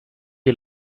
you